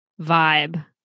vibe